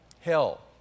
hell